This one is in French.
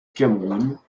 cameroun